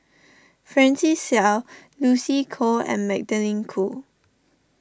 Francis Seow Lucy Koh and Magdalene Khoo